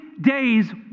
days